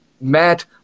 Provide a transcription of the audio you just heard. Matt